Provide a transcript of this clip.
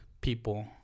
people